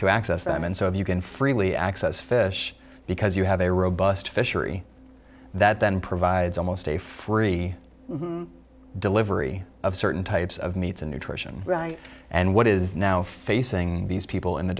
to access them and so if you can freely access fish because you have a robust fishery that then provides almost a free delivery of certain types of meats and nutrition and what is now facing these people in the